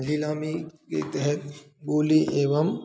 नीलामी के तहत बोली एवं